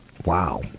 Wow